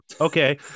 Okay